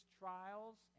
trials